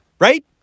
right